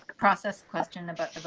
process? question about.